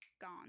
gone